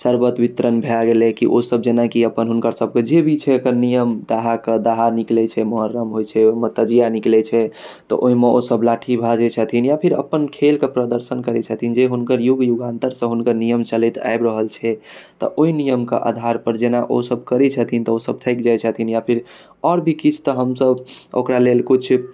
शर्बत वितरण भए गेलै ओसब जेनाकि अपन हुनकर सबकेँ जे भी छै एकर नियम अहाँक दहा निकलै छै मुहर्रम होइ छै ओइमे तजिया निकलै छै तऽ ओइम ओ सब लाठी भाजै छथिन या फेर जे अपन खेल कऽ प्रदर्शन करै छथिन जे हुनकर युग युगान्तरसँ हुनकर नियम चलैत आइब रहल छै ओइ नियम के आधार पर जेना ओ सब करै छथिन ओ सब थाकि जाइ छथिन या फेर और भी किछ तऽ ओकरा लेल हमसब